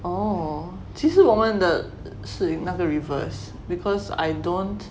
oh 其实我们的是那个 reverse because I don't